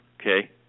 okay